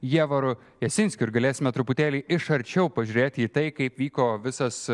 ievaru jasinskiu ir galėsime truputėlį iš arčiau pažiūrėti į tai kaip vyko visas